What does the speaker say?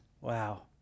Wow